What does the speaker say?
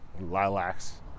Lilacs